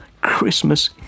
Christmas